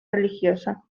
religiosa